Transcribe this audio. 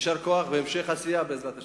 יישר כוח והמשך עשייה, בעזרת השם.